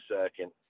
second